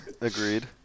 agreed